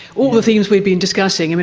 all the things we've been discussing, and